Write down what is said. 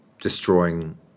destroying